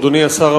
אדוני השר,